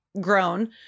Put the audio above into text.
grown